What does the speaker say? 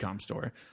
store